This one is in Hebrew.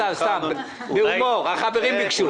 החברים ביקשו...